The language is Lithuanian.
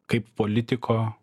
kaip politiko